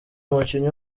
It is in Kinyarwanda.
umukinnyi